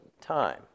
time